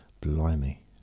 Blimey